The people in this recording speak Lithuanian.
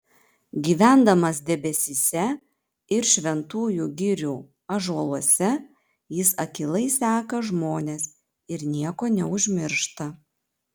gyvendamas debesyse ir šventųjų girių ąžuoluose jis akylai seka žmones ir nieko neužmiršta